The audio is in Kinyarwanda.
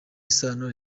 isano